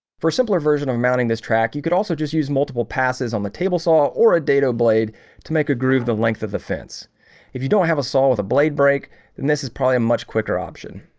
for simpler version of mounting this track you could also just use multiple passes on the table saw or a dado blade to make a groove the length of the fence if you don't have a saw with a blade break then this is probably a much quicker option